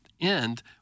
end